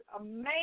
amazing